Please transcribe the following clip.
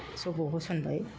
जब्ब' होसनबाय